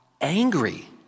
angry